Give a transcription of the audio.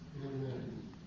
Amen